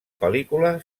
pel·lícula